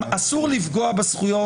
אסור לפגוע בזכויות,